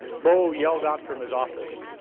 bo yelled out from his office,